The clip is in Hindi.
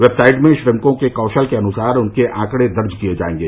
वेबसाइट में श्रमिकों के कौशल के अनुसार उनके आंकड़े दर्ज किए जाएंगे